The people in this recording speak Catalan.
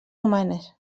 humanes